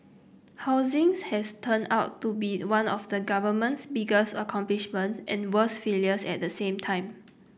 housings has turned out to be one of the government's biggest accomplishment and worst failures at the same time